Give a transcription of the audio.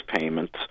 payments